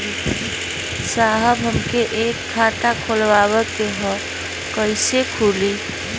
साहब हमके एक खाता खोलवावे के ह कईसे खुली?